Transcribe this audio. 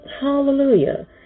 Hallelujah